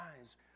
eyes